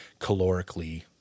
calorically